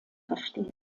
verstehen